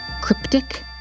cryptic